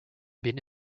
been